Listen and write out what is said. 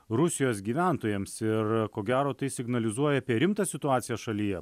rusijos gyventojams ir ko gero tai signalizuoja apie rimtą situaciją šalyje